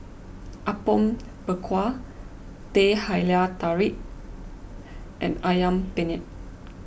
Apom Berkuah Teh Halia Tarik and Ayam Penyet